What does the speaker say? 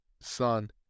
Son